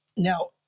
now